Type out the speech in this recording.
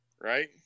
right